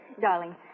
Darling